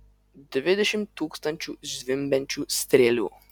dvidešimt tūkstančių zvimbiančių strėlių